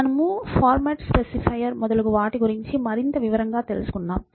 మనము format specifier మొదలగు వాటి గురించి మరింత వివరంగా తెలుసుకుందాం